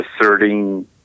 asserting